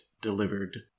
delivered